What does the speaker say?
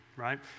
right